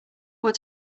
what